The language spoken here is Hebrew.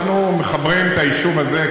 אנחנו מחברים את היישוב זה,